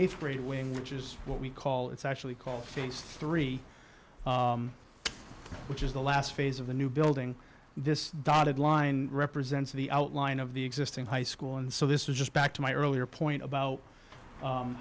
th grade wing which is what we call it's actually called phase three which is the last phase of the new building this dotted line represents the outline of the existing high school and so this is just back to my earlier point about